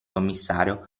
commissario